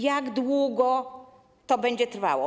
Jak długo to będzie trwało?